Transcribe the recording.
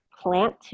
plant